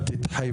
תודה